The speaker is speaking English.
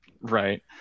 right